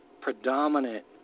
predominant